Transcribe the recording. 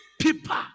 people